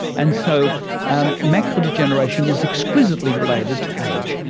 and so um macular degeneration is exquisitely related to age.